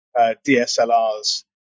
DSLRs